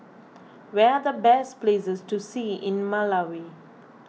where are the best places to see in Malawi